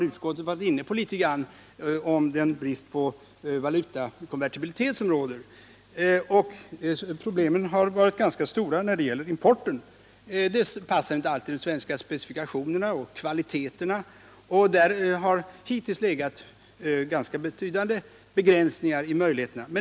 Utskottet har något berört den brist på valutakonvertibilitet som råder i dessa stater. Problemen har varit ganska stora när det gäller importen. Dels passar inte alltid de östeuropeiska specifikationerna, dels passar inte alltid de östeuropeiska kvaliteterna — där har åtminstone hittills ganska betydande begränsningar i möjligheterna förelegat.